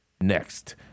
Next